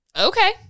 Okay